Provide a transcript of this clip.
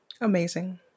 Amazing